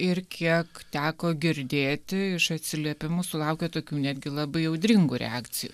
ir kiek teko girdėti iš atsiliepimų sulaukė tokių netgi labai audringų reakcijų